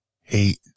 hate